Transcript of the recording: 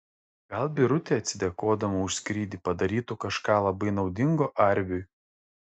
gal birutė atsidėkodama už skrydį padarytų kažką labai naudingo arviui